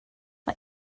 mae